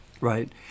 Right